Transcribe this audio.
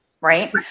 right